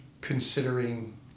considering